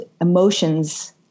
emotions